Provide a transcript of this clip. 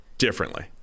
differently